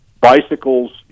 bicycles